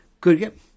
Good